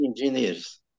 engineers